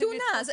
תאונה.